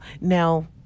now